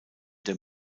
der